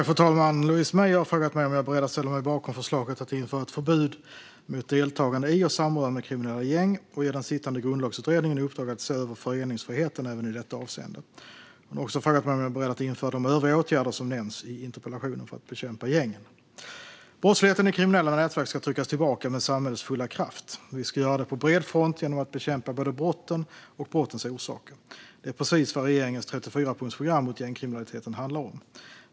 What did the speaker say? Fru talman! Louise Meijer har frågat mig om jag är beredd att ställa mig bakom förslaget att införa ett förbud mot deltagande i och samröre med kriminella gäng och ge den sittande Grundlagsutredningen i uppdrag att se över föreningsfriheten även i detta avseende. Hon har också frågat mig om jag är beredd att införa de övriga åtgärder som nämns i interpellationen för att bekämpa gängen. Brottsligheten i kriminella nätverk ska tryckas tillbaka med samhällets fulla kraft. Vi ska göra det på bred front genom att bekämpa både brotten och brottens orsaker. Det är precis vad regeringens 34-punktsprogram mot gängkriminaliteten handlar om.